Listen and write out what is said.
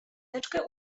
teczkę